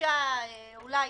אולי